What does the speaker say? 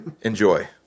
Enjoy